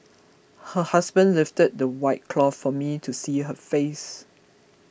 her husband lifted the white cloth for me to see her face